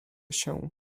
się